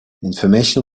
information